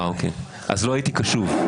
כנראה לא הייתי קשוב.